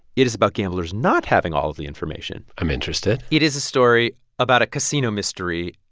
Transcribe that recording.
it is about gamblers not having all of the information i'm interested it is a story about a casino mystery,